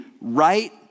right